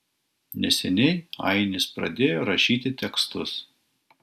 neseniai ainis pradėjo rašyti tekstus